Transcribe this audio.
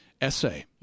essay